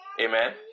Amen